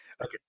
Okay